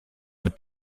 mit